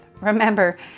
Remember